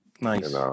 Nice